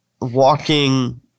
walking